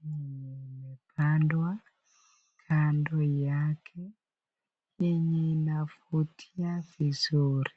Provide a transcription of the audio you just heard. zenye zimepandwa kando yake yenye inavutia vizuri.